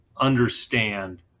understand